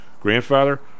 grandfather